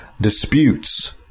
disputes